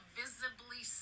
visibly